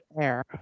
air